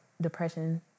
depression